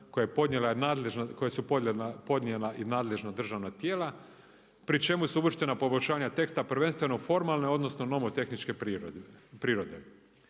koje su podnijela i nadležna državna tijela, pri čemu su uvrštena poboljšanja teksta prvenstveno formalno, odnosno, nomotehničke prirode.